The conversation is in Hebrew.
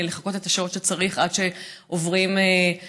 לחכות שם את השעות שצריך עד שעוברים למחלקה,